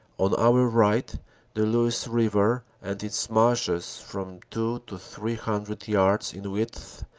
on our right the luce river and its marshes, from two to three hundred yards in width,